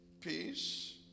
Peace